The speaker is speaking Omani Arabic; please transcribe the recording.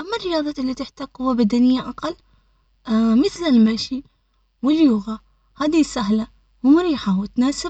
أما الرياضات التي تحتاج قوة بدنية أقل مثل المشي واليوغا، هذه سهلة ومريحة وتناسب.